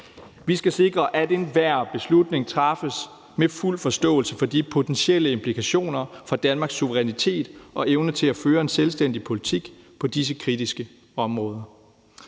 Vi skal sikre, at enhver beslutning træffes med fuld forståelse for de potentielle implikationer for Danmarks suverænitet og evne til at føre en selvstændig politik på disse kritiske områder.